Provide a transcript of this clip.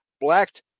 blacked